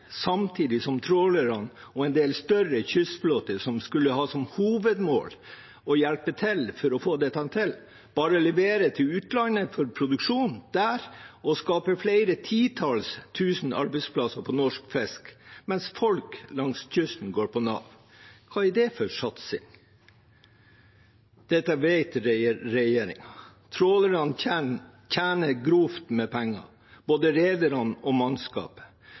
samtidig som trålerne og en del større kystflåte – som skulle ha som hovedmål å hjelpe til for å få dette til – bare leverer til utlandet for produksjon der og skaper flere titalls tusen arbeidsplasser på norsk fisk, mens folk langs kysten går på Nav. Hva er det for satsing? Dette vet regjeringen. Trålerne tjener grovt med penger, både rederne og mannskapet,